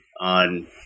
on